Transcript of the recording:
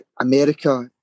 America